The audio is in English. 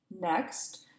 Next